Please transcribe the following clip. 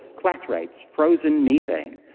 clathrate, frozen methane.